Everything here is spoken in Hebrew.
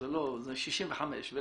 זה 65,